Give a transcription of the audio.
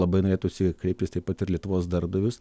labai norėtųsi kreiptis taip pat ir lietuvos darbdavius